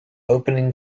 opening